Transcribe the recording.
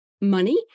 money